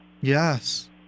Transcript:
Yes